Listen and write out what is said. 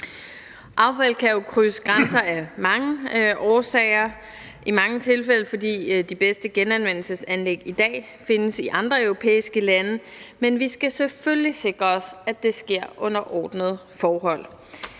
Affald kan jo krydse grænser af mange årsager, i mange tilfælde fordi de bedste genanvendelsesanlæg i dag findes i andre europæiske lande, men vi skal selvfølgelig sikre os, at det sker under ordnede forhold.